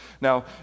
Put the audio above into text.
Now